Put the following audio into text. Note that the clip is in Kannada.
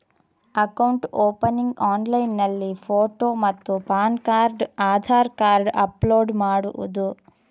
ಅಕೌಂಟ್ ಓಪನಿಂಗ್ ಆನ್ಲೈನ್ನಲ್ಲಿ ಫೋಟೋ ಮತ್ತು PAN card Aadhaar card upload ಮಾಡುವುದು?